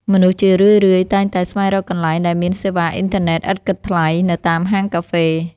មនុស្សជារឿយៗតែងតែស្វែងរកកន្លែងដែលមានសេវាអ៊ីនធឺណិតឥតគិតថ្លៃ នៅតាមហាងកាហ្វេ។